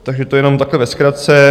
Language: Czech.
Takže to jenom takhle ve zkratce.